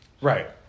Right